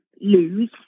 lose